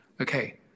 okay